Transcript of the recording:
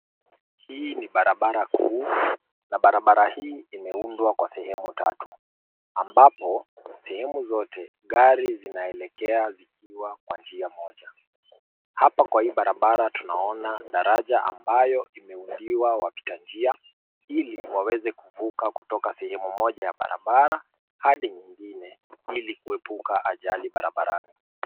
Hii ni barabara kuu na barabara hii imeundwa kwa sehemu tatu ambapo kwa sehemu zote gari zinaelekea zikiwa kwa njia moja. Hapa kwa hii barabara tunaona daraja ambayo imeundiwa wapita njia ili waweze kuvuka kutoka sehemu moja ya barabara hadi nyingine ili kuepuka ajali barabarani.